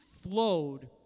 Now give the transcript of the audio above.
flowed